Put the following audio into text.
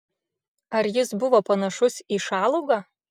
ar jis buvo panašus į šalugą